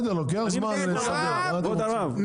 כבוד הרב,